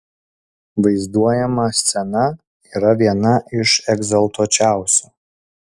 vaizduojama scena yra viena iš egzaltuočiausių